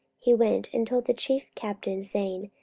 he went and told the chief captain, saying,